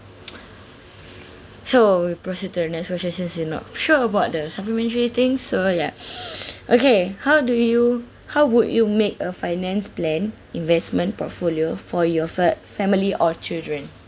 so we'll procced to the next question since you're not sure about the supplementary thing so ya okay how do you how would you make a finance plan investment portfolio for your fa~ family or children